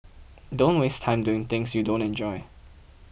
don't waste time doing things you don't enjoy